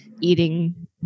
eating